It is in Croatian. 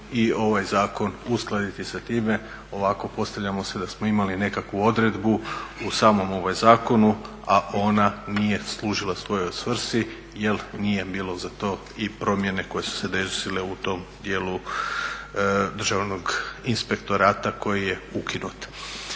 i ovaj zakon uskladiti sa time. Ovako postavljamo se da smo imali nekakvu odredbu u samom zakonu, a ona nije služila svojoj svrsi jel nije bilo za to i promjene koje su se desile u tom dijelu državnog inspektorata koji je ukinut.